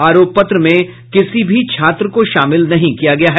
आरोप पत्र में किसी भी छात्र को शामिल नहीं किया गया है